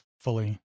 fully